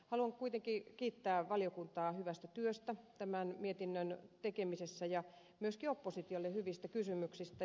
haluan kuitenkin kiittää valiokuntaa hyvästä työstä tämän mietinnön tekemisessä ja myöskin oppositiota hyvistä kysymyksistä